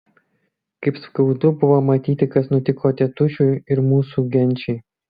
kaip skaudu buvo matyti kas nutiko tėtušiui ir mūsų genčiai